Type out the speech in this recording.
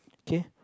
K